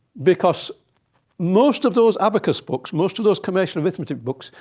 because most of those abacus books, most of those commercial arithmetic books,